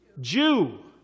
Jew